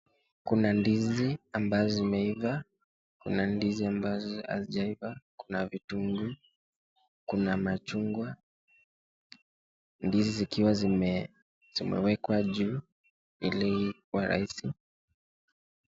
Kuna ndizi ambazo zimeiva, kuna ndizi ambazo hazijaiva , kuna vitunguu , kuna machungwa , ndizi zikiwa zimewekwa juu ili ikuwe rahisi.